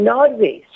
Norway